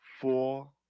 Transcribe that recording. Four